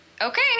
okay